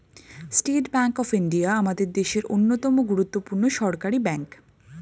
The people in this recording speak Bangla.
স্টেট ব্যাঙ্ক অফ ইন্ডিয়া আমাদের দেশের অন্যতম গুরুত্বপূর্ণ সরকারি ব্যাঙ্ক